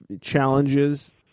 challenges